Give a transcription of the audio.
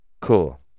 Cool